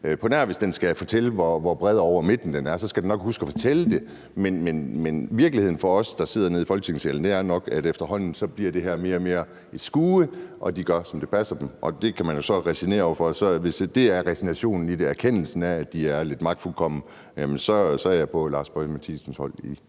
på nær hvis den skal fortælle, hvor bredt den spænder over midten. Det skal den nok huske at fortælle, men virkeligheden for os, der sidder nede i Folketingssalen, er nok, at efterhånden bliver det her mere og mere et skue, og at den gør, som det passer den. Det kan man jo så resignere over for. Hvis resignationen skyldes erkendelsen af, at den er lidt magtfuldkommen, så er jeg på hr. Lars Boje Mathiesens hold i